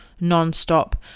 nonstop